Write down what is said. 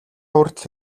хүртэл